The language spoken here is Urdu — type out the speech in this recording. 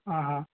ہاں ہاں